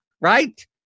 right